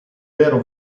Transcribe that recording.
vero